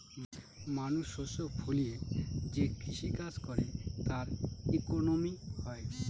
মানুষ শস্য ফলিয়ে যে কৃষি কাজ করে তার ইকোনমি হয়